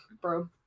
bro